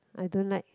I don't like